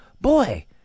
boy